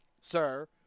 sir